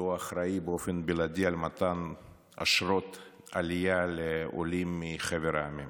שכידוע אחראי באופן בלעדי על מתן אשרות עלייה לעולים מחבר העמים.